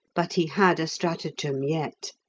but he had a stratagem yet.